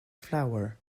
flower